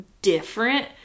Different